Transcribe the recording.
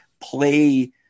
play